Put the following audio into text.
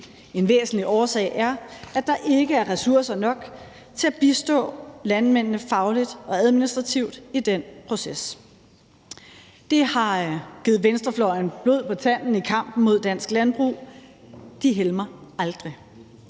En væsentlig årsag er, at der ikke er ressourcer nok til at bistå landmændene fagligt og administrativt i den proces. Det har givet venstrefløjen blod på tanden i kampen mod dansk landbrug – de helmer aldrig.